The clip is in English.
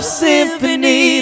symphony